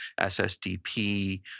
SSDP